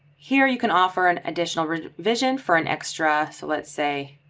here you can offer an additional vision for an extra so let's say